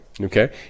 Okay